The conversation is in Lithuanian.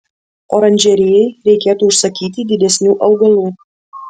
oranžerijai reikėtų užsakyti didesnių augalų